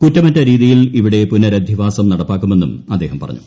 കുറ്റമറ്റ രീതിയിൽ ഇവിടെ പുനരധിവാസം നടപ്പാക്കുമെന്നും അദ്ദേഹം പറഞ്ഞു